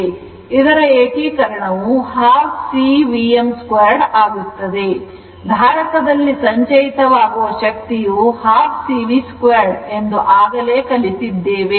ಇದರ ಏಕೀಕರಣವು half C Vm 2ಆಗುತ್ತದೆ ಧಾರಕ ದಲ್ಲಿ ಸಂಚಯಿತ ವಾಗುವ ಶಕ್ತಿಯು half C V2 ಎಂದು ಆಗಲೇ ಕಲಿತಿದ್ದೇವೆ